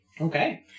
Okay